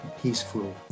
peaceful